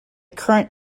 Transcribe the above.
current